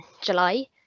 July